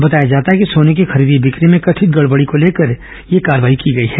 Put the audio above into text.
बताय जाता है कि सोने की खरीदी बिक्री में कथित गड़बड़ी को लेकर यह कार्रवाई की गई है